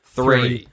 three